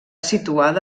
situat